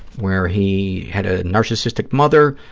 where he had a narcissistic mother,